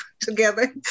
together